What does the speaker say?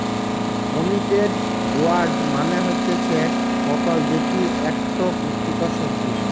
pointed gourd মানে হতিছে পটল যেটি একটো পুষ্টিকর সবজি